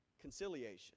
conciliation